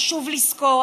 חשוב לזכור,